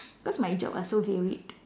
cause my job are so varied